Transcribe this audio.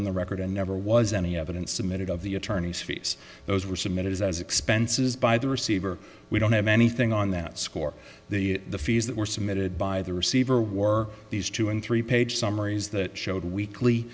in the record and there was any evidence submitted of the attorneys fees those were submitted as expenses by the receiver we don't have anything on that score the fees that were submitted by the receiver wore these two and three page summaries that showed weekly